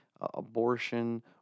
abortion